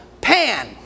Pan